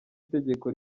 itegeko